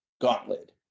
Gauntlet